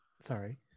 sorry